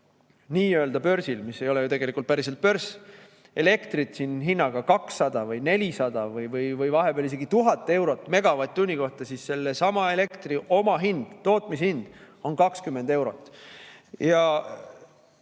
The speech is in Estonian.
nii-öelda börsil, mis ei ole ju tegelikult päriselt börs, elektrit siin hinnaga 200 või 400 või vahepeal isegi 1000 eurot megavatt-tunni kohta, siis sellesama elektri omahind, tootmishind on 20 eurot.